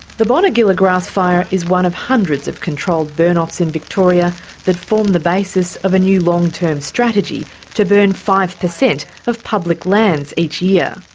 the bonegilla grassfire is one of hundreds of controlled burn-offs in victoria that form the basis of a new long-term strategy to burn five per cent of public lands each year,